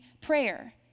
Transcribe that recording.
prayer